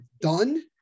done